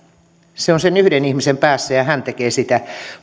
se on sen yhden ihmisen päässä ja hän tekee sitä